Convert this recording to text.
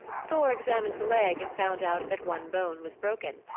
thor examined the leg and found out that one bone was broken.